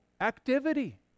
activity